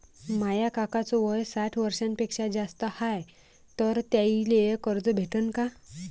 माया काकाच वय साठ वर्षांपेक्षा जास्त हाय तर त्याइले कर्ज भेटन का?